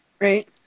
Right